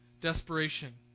desperation